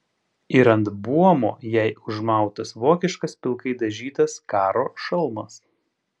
ir ant buomo jai užmautas vokiškas pilkai dažytas karo šalmas